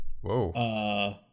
Whoa